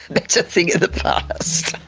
that's a thing of the past.